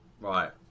Right